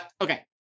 okay